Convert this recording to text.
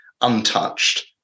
untouched